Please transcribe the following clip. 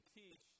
teach